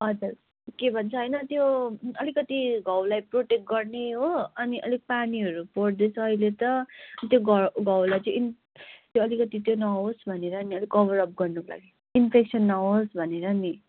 हजुर के भन्छ होइन त्यो अलिकति घाउलाई प्रोटेक्ट गर्ने हो अनि अलिक पानीहरू पर्दैछ अहिले त त्यो घाउ घाउलाई चाहिँ इन् त्यो अलिकति चाहिँ नहोस् भनेर नि अलिक कभरअप गर्नुको लागि इन्फेक्सन नहोस् भनेर नि